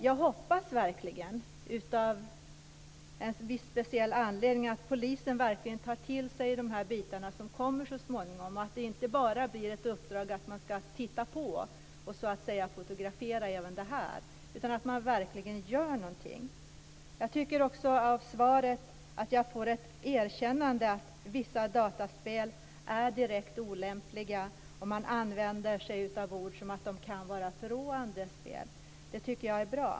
Jag hoppas verkligen, av en viss speciell anledning, att polisen tar till sig de bitar som så småningom kommer. Jag hoppas att det inte bara blir ett uppdrag som går ut på att man ska titta på frågan och så att säga även fotografera det här utan att man verkligen gör någonting. Av svaret tycker jag också att jag får ett erkännande för att vissa dataspel är direkt olämpliga. Man använder sig av ord som att de kan vara förråande. Det tycker jag är bra.